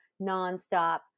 nonstop